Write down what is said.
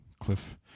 Cliff